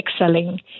excelling